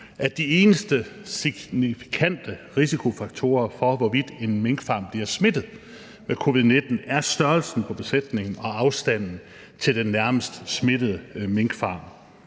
at de eneste signifikante risikofaktorer for, hvorvidt der sker smitte af covid-19 på en minkfarm, er størrelsen på besætningen og afstanden til den nærmeste minkfarm